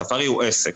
הספארי הוא עסק,